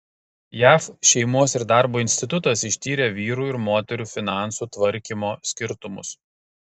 jav šeimos ir darbo institutas ištyrė vyrų ir moterų finansų tvarkymo skirtumus